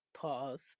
pause